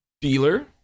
dealer